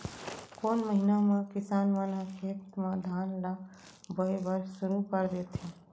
कोन महीना मा किसान मन ह खेत म धान ला बोये बर शुरू कर देथे?